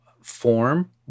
form